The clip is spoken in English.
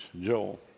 Joel